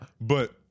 But-